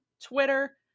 Twitter